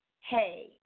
Hey